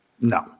No